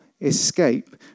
escape